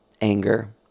anger